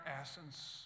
essence